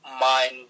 mind